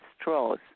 straws